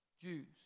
Jews